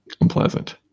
unpleasant